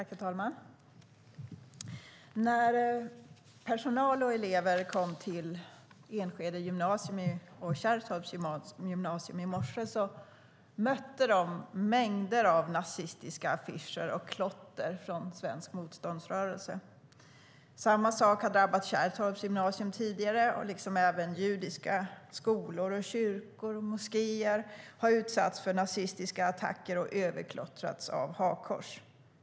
Herr talman! När personal och elever kom till Enskede gymnasium och Kärrtorps gymnasium i morse mötte de mängder av nazistiska affischer och klotter av Svenska motståndsrörelsen. Samma sak har drabbat Kärrtorps gymnasium tidigare, liksom judiska skolor samt kyrkor och moskéer som har utsatts för nazistiska attacker och överklottrats med hakkors.